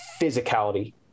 physicality